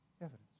Evidence